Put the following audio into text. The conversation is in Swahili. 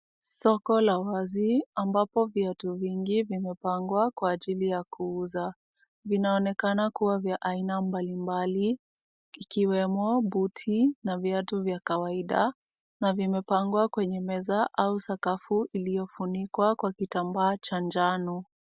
Soko la wazi ambapo viatu vingi vimepangwa kwa ajili ya kuuza. Vinaonekana kuwa vya aina mbalimbali, ikiwemo, buti na viatu vya kawaida na vimepangwa kwenye meza au sakafu iliyofunikwa kwa kitambaa cha njano.